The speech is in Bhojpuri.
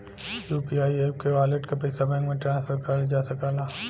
यू.पी.आई एप के वॉलेट क पइसा बैंक में ट्रांसफर करल जा सकला